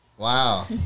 Wow